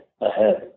ahead